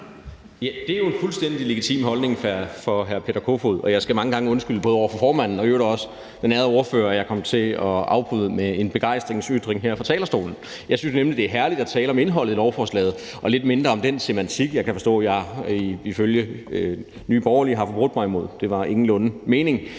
Det er jo en fuldstændig legitim holdning for hr. Peter Kofod. Og jeg skal mange gange undskylde både over for formanden og i øvrigt også den ærede ordfører for, at jeg kom til at afbryde med en begejstringsytring her fra talerstolen. Jeg synes nemlig, det er herligt at tale om indholdet i lovforslaget og lidt mindre om den semantik, jeg kan forstå jeg ifølge Nye Borgerlige har forbrudt mig imod. Det var ingenlunde meningen.